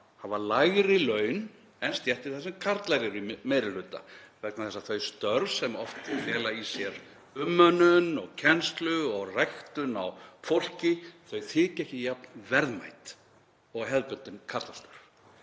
hafa lægri laun en stéttir þar sem karlar eru í meiri hluta vegna þess að þau störf sem fela oft í sér umönnun og kennslu og ræktun á fólki þykja ekki jafn verðmæt og hefðbundin karlastörf.